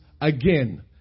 Again